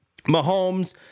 Mahomes